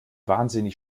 wahnsinnig